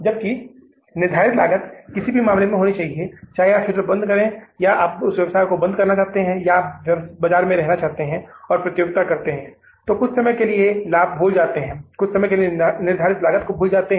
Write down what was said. जबकि निर्धारित लागत किसी भी मामले में होनी चाहिए चाहे आप शटर को बंद करे या उस व्यवसाय को बंद करना चाहते हैं या आप बाजार में रहना चाहते हैं और प्रतियोगिता करते हैं तो कुछ समय के लिए लाभ को भूल जाते हैं कुछ समय के लिए निर्धारित लागत को भूल जाते हैं